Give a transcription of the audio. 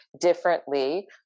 differently